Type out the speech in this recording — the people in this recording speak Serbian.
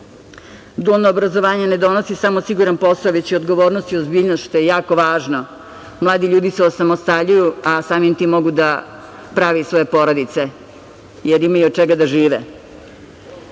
Dualno obrazovanje ne donosi samo siguran posao, već i odgovornost i ozbiljnost, što je jako važno. Mladi ljudi se osamostaljuju, a samim tim mogu da prave i svoje porodice, jer imaju od čega da